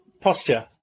posture